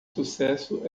sucesso